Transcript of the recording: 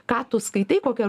ką tu skaitai kokią